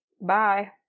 Bye